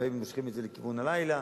לפעמים מושכים את זה לתיקון בלילה,